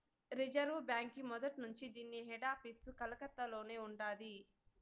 reserve బాంకీ మొదట్నుంచీ దీన్ని హెడాపీసు కలకత్తలోనే ఉండాది